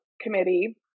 committee